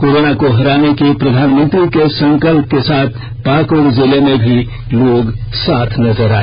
corona को हराने के प्रधानमंत्री के संकल्प के साथ पाकुड़ जिले में भी लोग साथ नजर आए